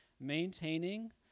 maintaining